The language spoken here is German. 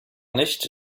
nicht